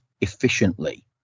efficiently